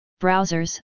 browsers